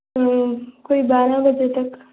कोई बारां बजे तक